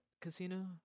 casino